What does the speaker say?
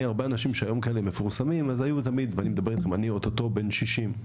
ואני אוטוטו בן 60,